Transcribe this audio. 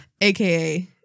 aka